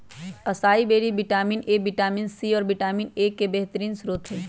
acai berry vitamin A, vitamin C, और vitamin E के बेहतरीन स्त्रोत हई